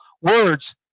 words